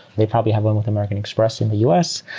they probably have one with american express in the us,